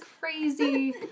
crazy